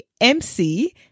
MC